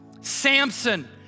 Samson